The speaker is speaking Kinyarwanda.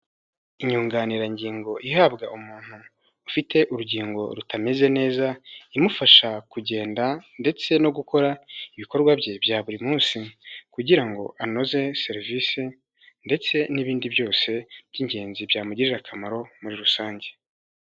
Inyunganirangingo ihabwa umuntu ufite urugingo rutameze neza, imufasha kugenda ndetse no gukora ibikorwa bye bya buri munsi kugira ngo anoze serivisi ndetse n'ibindi byose by'ingenzi, byamugirira akamaro muri rusange.